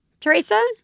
Teresa